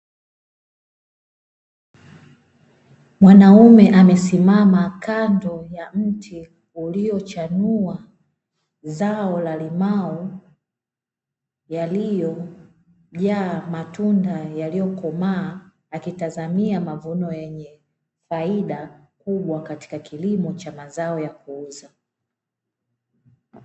Mwanaume amesimama kando ya mti uliochanua zao la limao, yaliyojaa matunda yaliyokomaa, akitazamia mavuno yenye faida kubwa katika kilimo cha mazao ya kuuza.